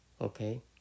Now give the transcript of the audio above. okay